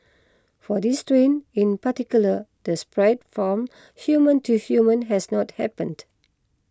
for this strain in particular the spread from human to human has not happened